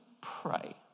pray